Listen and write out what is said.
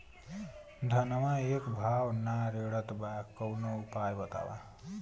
धनवा एक भाव ना रेड़त बा कवनो उपाय बतावा?